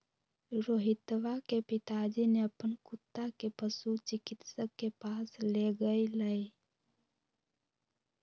रोहितवा के पिताजी ने अपन कुत्ता के पशु चिकित्सक के पास लेगय लय